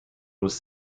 was